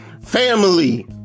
family